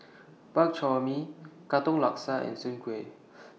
Bak Chor Mee Katong Laksa and Soon Kueh